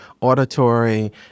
auditory